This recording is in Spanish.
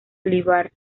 olivar